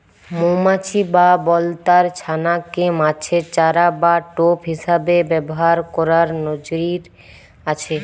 মউমাছি বা বলতার ছানা কে মাছের চারা বা টোপ হিসাবে ব্যাভার কোরার নজির আছে